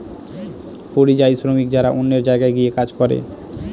পরিযায়ী শ্রমিক যারা অন্য জায়গায় গিয়ে কাজ করে